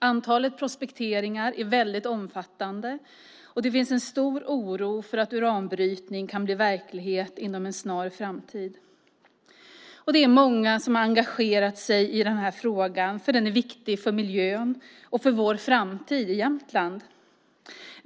Antalet prospekteringar är väldigt omfattande, och det finns en stor oro för att uranbrytning kan bli verklighet inom en snar framtid. Det är många som har engagerat sig i den här frågan, för den är viktig för miljön och för vår framtid i Jämtland.